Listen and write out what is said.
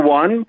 one